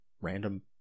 random